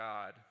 God